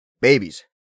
babies